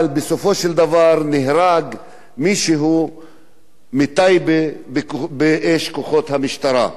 אבל בסופו של דבר נהרג מישהו מטייבה מאש כוחות המשטרה.